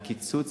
על קיצוץ,